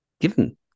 given